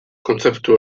kontzeptu